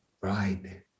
Right